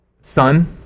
Sun